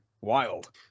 wild